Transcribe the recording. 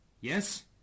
Yes